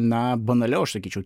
na banaliau aš sakyčiau